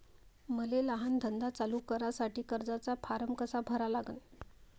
मले लहान धंदा चालू करासाठी कर्जाचा फारम कसा भरा लागन?